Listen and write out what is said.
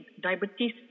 diabetes